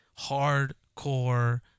hardcore